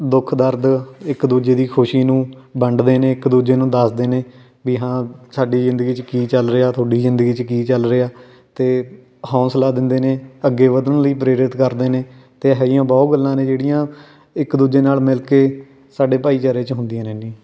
ਦੁੱਖ ਦਰਦ ਇੱਕ ਦੂਜੇ ਦੀ ਖੁਸ਼ੀ ਨੂੰ ਵੰਡਦੇ ਨੇ ਇੱਕ ਦੂਜੇ ਨੂੰ ਦੱਸਦੇ ਨੇ ਵੀ ਹਾਂ ਸਾਡੀ ਜ਼ਿੰਦਗੀ 'ਚ ਕੀ ਚੱਲ ਰਿਹਾ ਤੁਹਾਡੀ ਜ਼ਿੰਦਗੀ 'ਚ ਕੀ ਚੱਲ ਰਿਹਾ ਅਤੇ ਹੌਂਸਲਾ ਦਿੰਦੇ ਨੇ ਅੱਗੇ ਵਧਣ ਲਈ ਪ੍ਰੇਰਿਤ ਕਰਦੇ ਨੇ ਅਤੇ ਇਹ ਜਿਹੀਆਂ ਬਹੁਤ ਗੱਲਾਂ ਨੇ ਜਿਹੜੀਆਂ ਇੱਕ ਦੂਜੇ ਨਾਲ ਮਿਲ ਕੇ ਸਾਡੇ ਭਾਈਚਾਰੇ 'ਚ ਹੁੰਦੀਆਂ ਰਹਿੰਦੀਆਂ